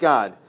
God